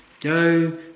go